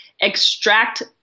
extract